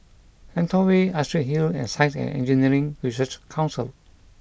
Lentor Way Astrid Hill and Science and Engineering Research Council